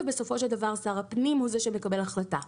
ובסופו של דבר שר הפנים הוא זה שמקבל החלטה.